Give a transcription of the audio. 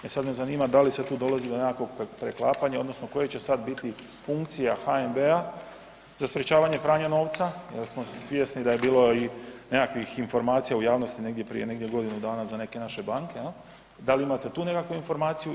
E sad me zanima da li se tu dolazi do nekakvog preklapanja odnosno koje će sad biti funkcija HNB-a za sprječavanje pranja novca jel smo svjesni da je bilo i nekakvih informacija u javnosti negdje prije negdje godinu dana za neke naše banke jel, da li imate tu nekakvu informaciju?